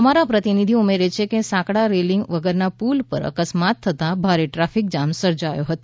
અમારા પ્રતિનિધી ઉમેરે છે કે સાંકડા રેંલીગ વગરનાં પૂલ પર અકસ્માત થતાં ભારે ટ્રાફિક જામ સર્જાયો હતો